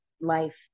life